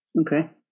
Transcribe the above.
Okay